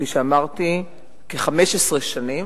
כפי שאמרתי כ-15 שנים,